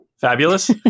Fabulous